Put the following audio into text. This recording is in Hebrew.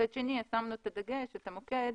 מצד שני שמנו את הדגש, את המוקד,